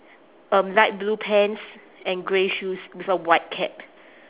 um light blue pants and grey shoes with a white cap